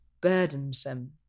burdensome